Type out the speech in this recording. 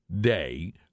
day